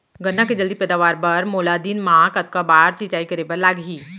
गन्ना के जलदी पैदावार बर, मोला दिन मा कतका बार सिंचाई करे बर लागही?